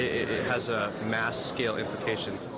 it has a mass scale implication.